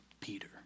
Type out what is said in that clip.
Peter